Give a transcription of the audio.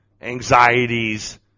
anxieties